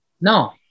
No